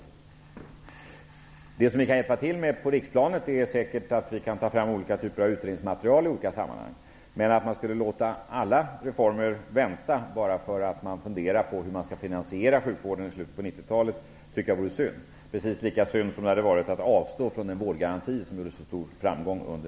Vad vi på riksplanet kan hjälpa till med är framtagningen av olika typer av utredningsmaterial i olika sammanhang. Men att låta alla reformer vänta bara för att man funderar över hur sjukvården skall finansieras i slutet av 90-talet tycker jag vore synd. Precis lika synd hade det varit att avstå från den vårdgaranti som blev en så stor framgång under